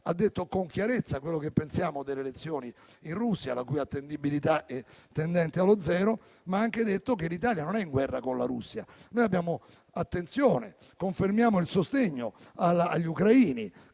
ha detto con chiarezza quello che pensiamo delle elezioni in Russia, la cui attendibilità è tendente allo zero, ma ha anche detto che l'Italia non è in guerra con la Russia. Attenzione, noi confermiamo il sostegno agli ucraini,